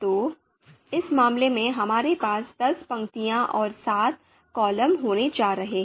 तो इस मामले में हमारे पास दस पंक्तियाँ और सात कॉलम होने जा रहे हैं